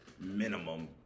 Minimum